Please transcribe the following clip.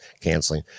canceling